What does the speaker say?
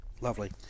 Lovely